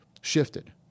shifted